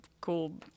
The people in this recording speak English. cool